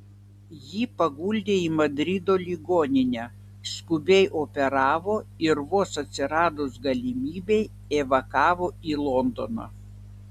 jį paguldė į madrido ligoninę skubiai operavo ir vos atsiradus galimybei evakavo į londoną